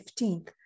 15th